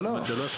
לא, לא.